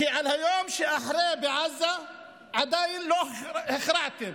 כי על היום שאחרי בעזה עדיין לא הכרעתם,